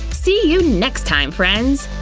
see you next time, friends!